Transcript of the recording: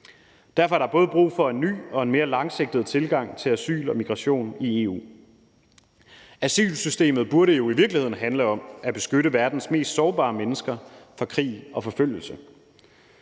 Derfor er der både brug for en ny og en mere langsigtet tilgang til asyl og migration i EU. Asylsystemet burde jo i virkeligheden handle om at beskytte verdens mest sårbare mennesker fra krig og forfølgelse.